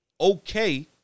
okay